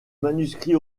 manuscrit